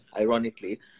ironically